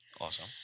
awesome